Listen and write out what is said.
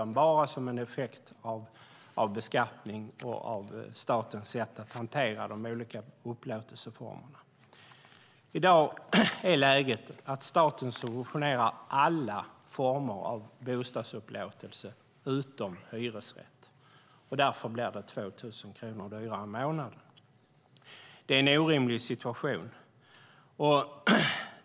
Det är bara som en effekt av beskattning och av statens sätt att hantera de olika upplåtelseformerna. I dag är läget att staten subventionerar alla former av bostadsupplåtelse utom hyresrätt. Därför blir den 2 000 kronor dyrare i månaden. Det är en orimlig situation.